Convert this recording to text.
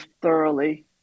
thoroughly